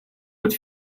but